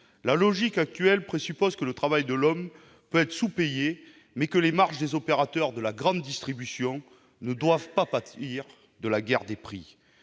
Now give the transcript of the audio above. La logique actuelle présuppose que le travail de l'homme peut être sous-payé, mais que les marges des opérateurs de la grande distribution ne doivent pas pâtir de la guerre des prix.